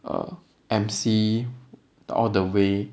uh M_C all the way